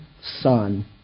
Son